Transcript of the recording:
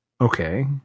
Okay